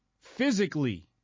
physically